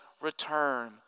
return